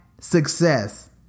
success